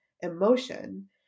emotion